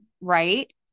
Right